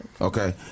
Okay